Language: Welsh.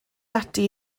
ati